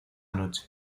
noche